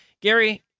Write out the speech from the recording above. Gary